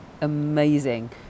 amazing